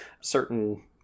certain